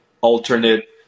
alternate